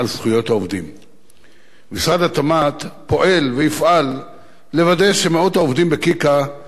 משרד התמ"ת פועל ויפעל לוודא שמאות העובדים ב"קיקה" ייפגעו כמה שפחות